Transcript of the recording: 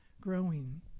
growing